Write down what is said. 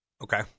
Okay